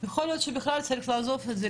יכול להיות שבכלל צריך לעזוב את זה,